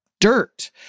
dirt